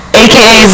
aka